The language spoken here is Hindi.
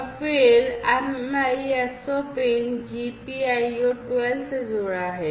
और फिर MISO पिन GPIO 12 से जुड़ा है